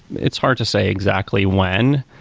it's hard to say exactly when,